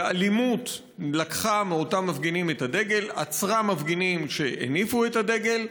ובאלימות לקחה מאותם מפגינים את הדגל ועצרה מפגינים שהניפו את הדגל.